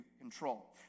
control